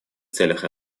целях